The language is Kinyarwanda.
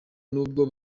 nubwo